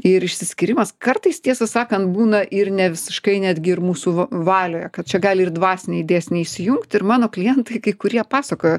ir išsiskyrimas kartais tiesą sakan būna ir ne visiškai netgi ir mūsų valioje kad čia gali ir dvasiniai dėsniai įsijungti ir mano klientai kai kurie pasakojo